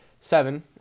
seven